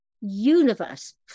universe